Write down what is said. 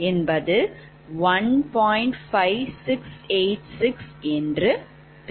5686